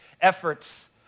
efforts